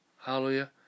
hallelujah